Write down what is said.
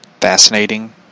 fascinating